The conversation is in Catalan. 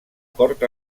cort